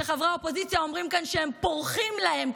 שחברי האופוזיציה אומרים כאן שהם פורחים להם,